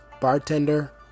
bartender